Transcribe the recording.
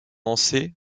lancés